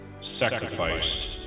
sacrificed